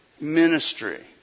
ministry